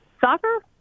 Soccer